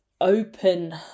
open